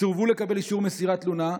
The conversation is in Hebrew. סירבו לקבל אישור מסירת תלונה,